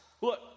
Look